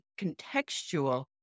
contextual